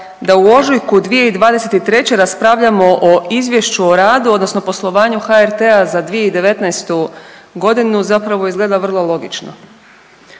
da u ožujku 2023. raspravljamo o Izvješću o radu odnosno poslovanju HRT-a za 2019. godinu zapravo izgleda vrlo logično.